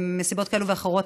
מסיבות כאלה ואחרות,